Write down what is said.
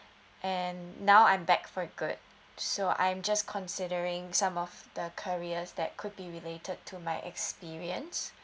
and now I'm back for good so I'm just considering some of the careers that could be related to my experience